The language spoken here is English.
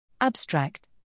Abstract